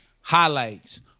highlights